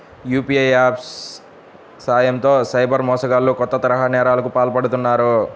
UPI apps సాయంతో cyber మోసగాళ్లు కొత్త తరహా నేరాలకు పాల్పడుతున్నారు